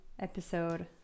episode